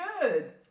good